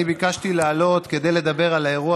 אני ביקשתי לעלות כדי לדבר על האירוע